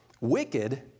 Wicked